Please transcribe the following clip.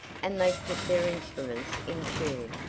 and they put their instruments in tune,